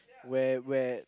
where were